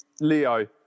leo